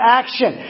action